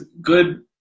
good